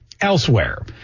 elsewhere